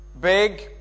big